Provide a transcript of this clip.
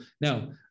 Now